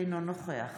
אינו נוכח